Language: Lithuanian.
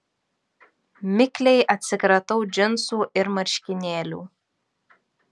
mikliai atsikratau džinsų ir marškinėlių